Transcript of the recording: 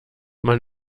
man